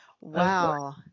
Wow